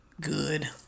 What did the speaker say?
Good